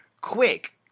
Quick